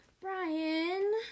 Brian